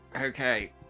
Okay